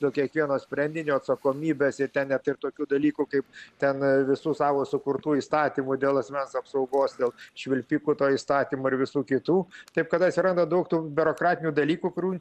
dėl kiekvieno sprendinio atsakomybės ir net ir tokių dalykų kaip ten visų savo sukurtų įstatymų dėl asmens apsaugos dėl švilpikų to įstatymo ir visų kitų taip kad atsiranda daug tų biurokratinių dalykų kurių